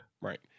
Right